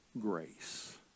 grace